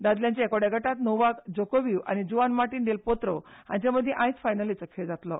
दादल्यांच्या एकोड्या गटात नोवाक जोकोविक आनी ज़ुआन मार्टिन डेल पोत्रो हांच्या मदी आयज फायनलीचो खेळ जातलो